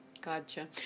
Gotcha